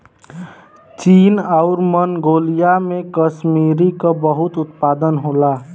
चीन आउर मन्गोलिया में कसमीरी क बहुत उत्पादन होला